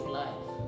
life